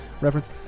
reference